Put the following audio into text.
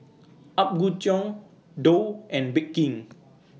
Apgujeong Doux and Bake King